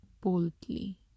boldly